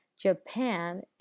Japan